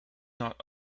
not